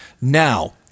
Now